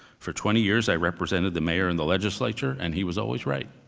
for twenty years, i represented the mayor in the legislature, and he was always right.